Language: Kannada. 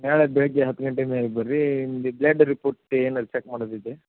ನಾಳೆ ಬೆಳಗ್ಗೆ ಹತ್ತು ಗಂಟೆ ಮೇಲೆ ಬನ್ರಿ ನಿಮ್ದು ಬ್ಲೆಡ್ ರಿಪೋರ್ಟ್ ಏನು ಚಕ್ ಮಾಡೋದಿದೆ